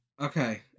Okay